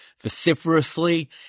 vociferously